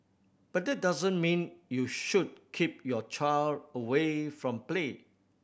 but that doesn't mean you should keep your child away from play